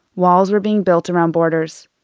walls were being built around borders.